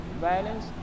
violence